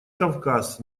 кавказ